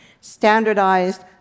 standardized